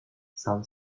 some